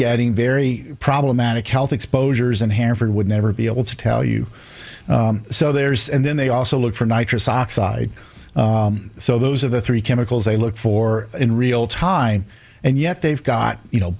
getting very problematic health exposures and hanford would never be able to tell you so there's and then they also look for nitric oxide so those are the three chemicals they look for in real time and yet they've got you know